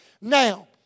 Now